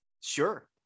sure